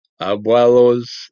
abuelo's